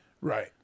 Right